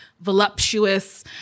voluptuous